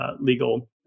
legal